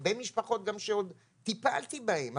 הרבה משפחות גם שעוד טיפלתי בהן.